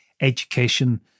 education